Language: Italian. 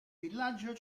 villaggio